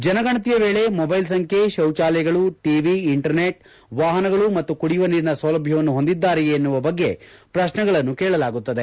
ಜನಗಣತಿಯ ವೇಳೆ ಮೊಬ್ಲೆಲ್ ಸಂಬ್ಲೆ ಶೌಚಾಲಯಗಳು ಟಿವಿ ಇಂಟರ್ನೆಟ್ ವಾಹನಗಳು ಮತ್ತು ಕುಡಿಯುವ ನೀರಿನ ಸೌಲಭ್ಯವನ್ನು ಹೊಂದಿದ್ದಾರೆಯೇ ಎನ್ನುವ ಬಗ್ಗೆ ಪ್ರಶ್ನೆಗಳನ್ನು ಕೇಳಲಾಗುತ್ತದೆ